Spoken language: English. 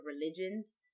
religions